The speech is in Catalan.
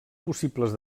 possibles